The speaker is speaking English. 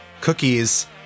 cookies